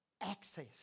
access